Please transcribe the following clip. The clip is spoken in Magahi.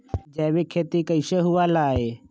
जैविक खेती कैसे हुआ लाई?